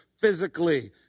physically